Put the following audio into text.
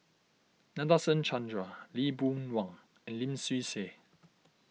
Nadasen Chandra Lee Boon Wang and Lim Swee Say